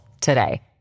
today